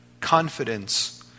confidence